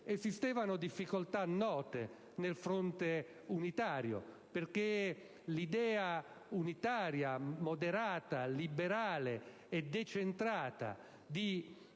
Esistevano difficoltà note nel fronte degli unitari, perché l'idea unitaria, moderata, liberale e con